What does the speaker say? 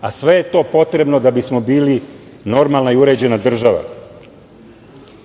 A sve je to potrebno da bismo bili normalna i uređena država. Imali